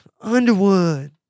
Underwood